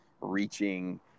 reaching